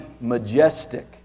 majestic